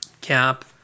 Cap